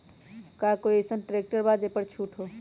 का कोइ अईसन ट्रैक्टर बा जे पर छूट हो?